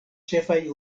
ĉefaj